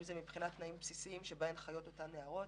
אם מבחינת תנאים בסיסיים שבהם חיות אותן נערות